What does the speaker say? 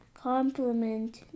compliment